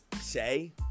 say